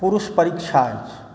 पुरुष परीक्षा अछि